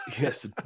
Yes